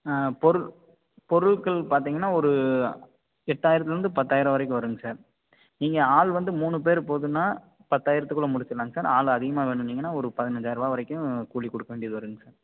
பொருள் பொருட்கள் பார்த்தீங்கன்னா ஒரு எட்டாயிரத்திலேருந்து பத்தாயிரம் வரைக்கும் வருங்க சார் நீங்கள் ஆள் வந்து மூணு பேர் போதுன்னா பத்தாயிரத்துக்குள்ள முடிச்சிடலாங்க சார் ஆள் அதிகமாக வேணுன்னிங்கன்னா ஒரு பதினஞ்சாயிரூபா வரைக்கும் கூலி கொடுக்க வேண்டியது வருங்க சார்